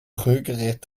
rührgerät